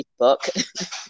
Facebook